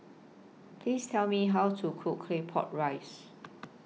Please Tell Me How to Cook Claypot Rice